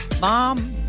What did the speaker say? mom